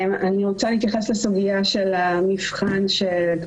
אני רוצה להתייחס לסוגיה של המבחן או